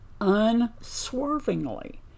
unswervingly